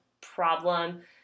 problem